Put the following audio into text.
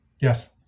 Yes